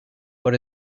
but